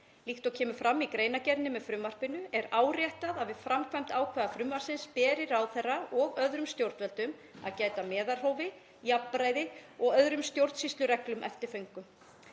Líkt og kemur fram í greinargerð með frumvarpinu er áréttað að við framkvæmd ákvæða frumvarpsins beri ráðherra og öðrum stjórnvöldum „[…] að gæta að meðalhófi, jafnræði og öðrum stjórnsýslureglum eftir föngum,